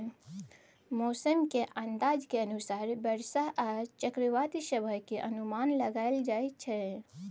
मौसम के अंदाज के अनुसार बरसा आ चक्रवात सभक अनुमान लगाइल जाइ छै